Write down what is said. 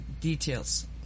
details